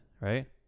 right